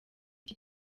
iki